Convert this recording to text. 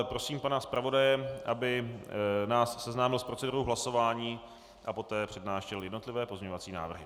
Prosím pana zpravodaje, aby nás seznámil s procedurou hlasování a poté přednášel jednotlivé pozměňovací návrhy.